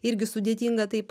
irgi sudėtinga taip